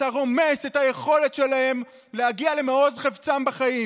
אתה רומס את היכולת שלהם להגיע למעוז חפצם בחיים.